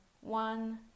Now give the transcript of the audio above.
one